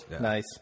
Nice